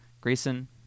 Grayson